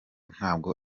ntabwo